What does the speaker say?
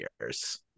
years